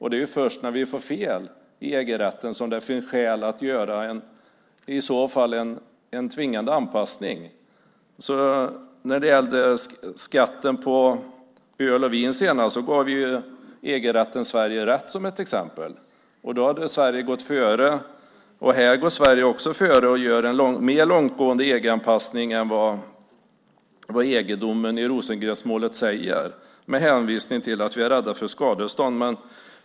Det är först när vi får fel i EG-rätten som det finns skäl att göra en tvingande anpassning. Ett exempel på när EG-rätten gav Sverige rätt gällde skatten på öl och vin. Då gick Sverige före. Också här går Sverige före och gör en mer långtgående EG-anpassning än vad EG-domen i Rosengrensmålet säger genom att hänvisa till att vi är rädda för skadestånd.